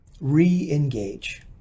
Re-engage